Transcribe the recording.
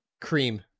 Cream